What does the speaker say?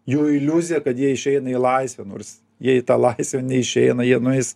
jų iliuzija kad jie išeina į laisvę nors jie į tą laisvę neišeina jie nueis